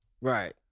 Right